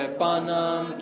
panam